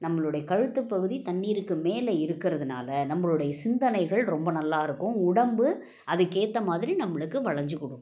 நம்பளுடைய கழுத்து பகுதி தண்ணீருக்கு மேல் இருக்கிறதுனால நம்பளுடைய சிந்தனைகள் ரொம்ப நல்லா இருக்கும் உடம்பு அதுக்கேற்ற மாதிரி நம்பளுக்கு வளைஞ்சு கொடுக்கும்